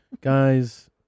guys